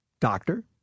doctor